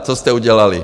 Co jste udělali?